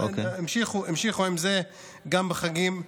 המשיכו עם זה גם בחגים.